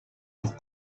pour